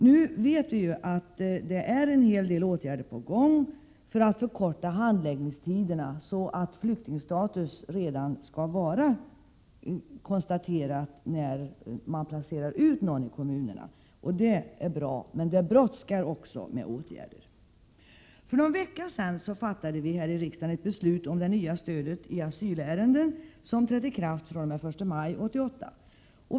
Vi vet ju att det nu är en hel del åtgärder på gång för att förkorta handläggningstiderna, så att flyktingstatus redan skall vara konstaterad när man placerar ut vederbörande i kommunerna. Det är bra, men det brådskar med åtgärder. För någon vecka sedan fattade riksdagen beslut om det nya stödet i asylärenden som trädde i kraft fr.o.m. den 1 maj 1988.